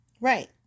Right